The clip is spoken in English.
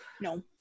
No